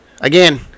Again